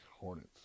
Hornets